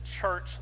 church